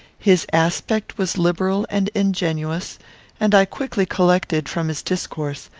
his aspect was liberal and ingenuous and i quickly collected, from his discourse,